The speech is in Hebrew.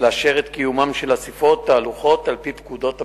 לאשר את קיומן של אספות ותהלוכות על-פי פקודת המשטרה.